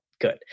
good